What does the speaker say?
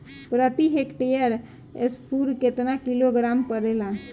प्रति हेक्टेयर स्फूर केतना किलोग्राम परेला?